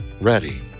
ready